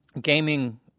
gaming